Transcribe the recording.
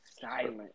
silent